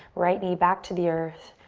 right knee back to the earth.